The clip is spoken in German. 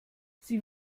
sie